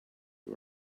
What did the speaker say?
you